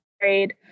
grade